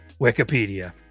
Wikipedia